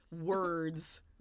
words